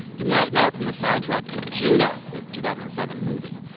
you might know it from the soundtrack to juno, the two thousand and seven movie.